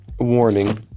Warning